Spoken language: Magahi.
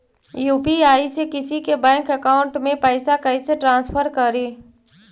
यु.पी.आई से किसी के बैंक अकाउंट में पैसा कैसे ट्रांसफर करी?